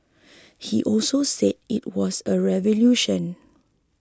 he also said it was a revolution